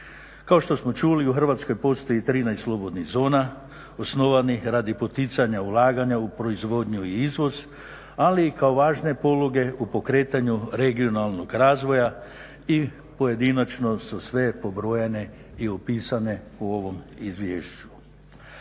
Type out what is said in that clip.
Kao što smo čuli u Hrvatskoj postoji 13 slobodnih zona osnovanih radi poticanja ulaganja u proizvodnju i izvoz, ali i kao važne poluge u pokretanju regionalnog razvoja i pojedinačno su sve pobrojane i opisane u ovom izvješću.